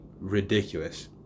ridiculous